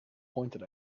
pointed